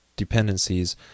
dependencies